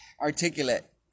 articulate